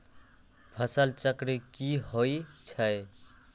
फसल चक्र की होई छै?